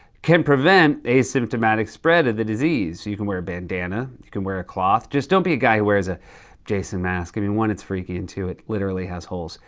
can prevent asymptomatic spread of the disease. you can wear a bandanna. you can wear a cloth. just don't be a guy who wears a jason mask. i mean, one, it's freaky, and two, it literally has holes.